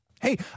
Hey